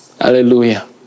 Hallelujah